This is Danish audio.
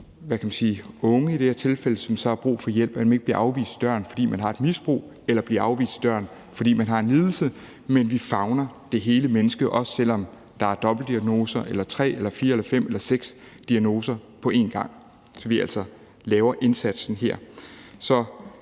som har brug for hjælp – og at man ikke bliver afvist i døren, fordi man har et misbrug, eller bliver afvist i døren, fordi man har en lidelse, men at vi favner det hele menneske, også selv om der er dobbeltdiagnoser eller tre eller fire eller fem eller seks diagnoser på en gang, så vi altså laver indsatsen her.